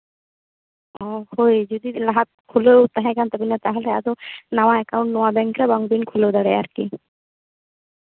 ᱦᱳᱭ ᱡᱚᱫᱤ ᱞᱟᱦᱟᱛᱮ ᱠᱷᱩᱞᱟᱹᱣ ᱛᱟᱦᱮᱸ ᱠᱟᱱ ᱛᱟᱵᱤᱱᱟ ᱛᱟᱦᱚᱞᱮ ᱟᱫᱚ ᱱᱟᱣᱟ ᱮᱠᱟᱩᱱᱴ ᱱᱚᱣᱟ ᱵᱮᱝᱠᱨᱮ ᱵᱟᱝ ᱵᱮᱱ ᱠᱷᱩᱞᱟᱹᱣ ᱫᱟᱲᱮᱭᱟᱜᱼᱟ ᱟᱨᱠᱤ